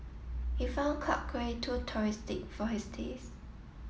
he found Clarke Quay too touristic for his taste